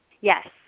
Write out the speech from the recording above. yes